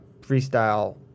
freestyle